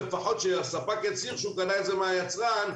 לפחות שהספק יצהיר שהוא קנה את זה מהיצרן,